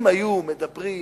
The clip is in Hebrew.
אם היו מדברים נקודתית,